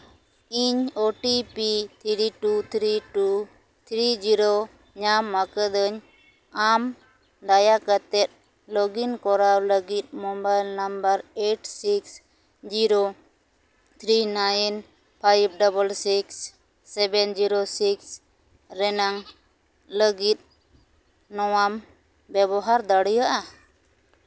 ᱤᱧ O T P three two three two three zero ᱧᱟᱢ ᱟᱠᱟᱫᱟᱹᱧ ᱟᱢ ᱫᱟᱭᱟ ᱠᱟᱛᱮ ᱞᱚᱜᱽ ᱤᱱ ᱠᱚᱨᱟᱣ ᱞᱟᱹᱜᱤᱫ mobile number eight six zero three nine five double six seven zero six ᱨᱮᱱᱟᱝ ᱞᱟᱹᱜᱤᱫ ᱱᱚᱣᱟᱢ ᱵᱮᱵᱚᱦᱟᱨ ᱫᱟᱲᱮᱭᱟᱜᱼᱟ